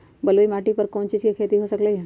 बलुई माटी पर कोन कोन चीज के खेती हो सकलई ह?